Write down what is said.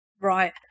Right